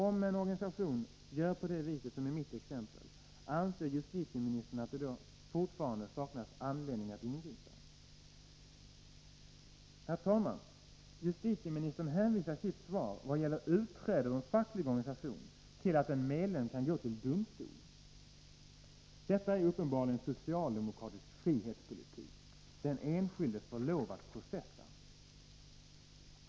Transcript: Om en organisation gör på det viset som i mitt exempel, anser justitieministern att det då fortfarande saknas anledning att ingripa? Herr talman! Justitieministern hänvisar i sitt svar i vad gäller utträde ur en facklig organisation till att en medlem kan gå till domstol. Detta är uppenbarligen socialdemokratisk frihetspolitik, den enskilde får lov att processa!